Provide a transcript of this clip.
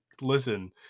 listen